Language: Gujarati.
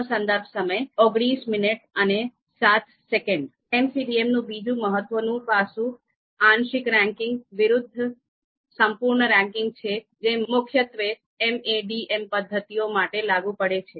MCDMનું બીજું મહત્વનું પાસું આંશિક રેન્કિંગ વિરુદ્ધ સંપૂર્ણ રેન્કિંગ છે જે મુખ્યત્વે MADM પદ્ધતિઓ માટે લાગુ પડે છે